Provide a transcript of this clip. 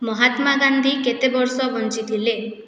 ମହାତ୍ମା ଗାନ୍ଧୀ କେତେ ବର୍ଷ ବଞ୍ଚିଥିଲେ